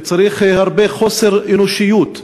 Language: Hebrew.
וצריך הרבה חוסר אנושיות,